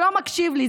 שלא מקשיב לי,